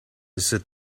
sit